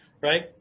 right